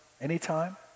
anytime